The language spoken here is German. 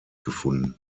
gefunden